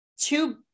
two